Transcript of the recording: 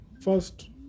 First